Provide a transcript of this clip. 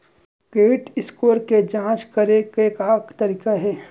Credit score के जाँच करे के का तरीका हे?